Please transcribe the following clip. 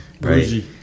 right